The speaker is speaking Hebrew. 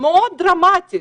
דרמטית